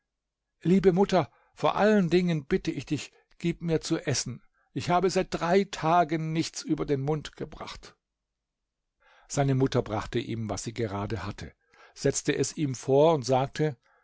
liebe mutter vor allen dingen bitte ich dich gib mir zu essen ich habe seit drei tagen nichts über den mund gebracht seine mutter brachte ihm was sie gerade hatte setzte es ihm vor und sagte